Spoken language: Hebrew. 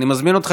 אני מזמין אותך,